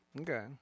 Okay